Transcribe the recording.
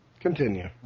Continue